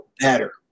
better